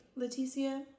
Leticia